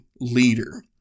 leader